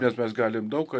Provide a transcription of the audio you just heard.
nes mes galim daug ką